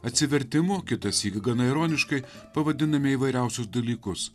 atsivertimo kitąsyk gana ironiškai pavadinami įvairiausius dalykus